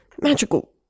magical